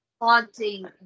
Haunting